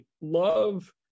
love